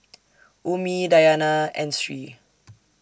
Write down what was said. Ummi Dayana and Sri